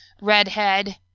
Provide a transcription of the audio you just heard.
redhead